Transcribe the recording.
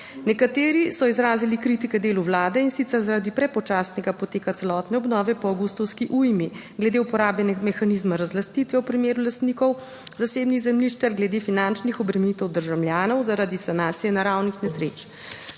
Nekateri so izrazili kritike delu Vlade, in sicer zaradi prepočasnega poteka celotne obnove po avgustovski ujmi, glede uporabe mehanizma razlastitve v primeru lastnikov zasebnih zemljišč ter glede finančnih obremenitev državljanov zaradi sanacije naravnih nesreč.